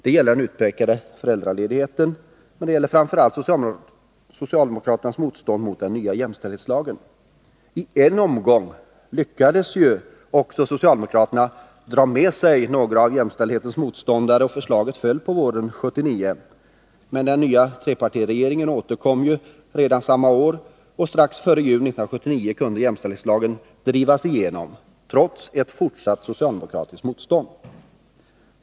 Det gäller den utökade föräldraledigheten, men det gäller framför allt socialdemokraternas motstånd mot den nya jämställdhetslagen. I en omgång lyckades också socialdemokraterna dra med sig några av jämställdhetens motståndare och förslaget föll på våren 1979. Men den nya trepartiregeringen återkom ju redan samma år, och strax före jul 1979 kunde jämställdhetslagen drivas igenom, trots ett fortsatt socialdemokratiskt motstånd.